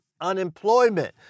unemployment